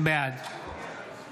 בעד